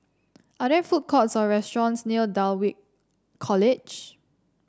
are there food courts or restaurants near Dulwich College